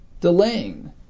delaying